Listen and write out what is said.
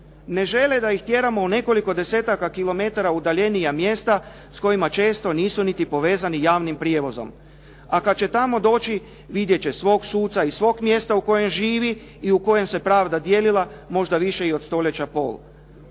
Ne žele da ih tjeramo u nekoliko desetaka kilometara udaljenija mjesta s kojima često nisu niti povezani javnim prijevozom. A kada će tamo doći vidjet će svog suca iz svog mjesta u kojem živi i u kojem se pravda dijelila možda više i od stoljeća pol,